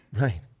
Right